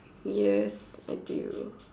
yes I do